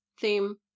theme